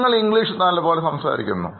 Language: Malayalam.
നിങ്ങൾ ഇംഗ്ലീഷ് നല്ല പോലെ സംസാരിക്കുന്നു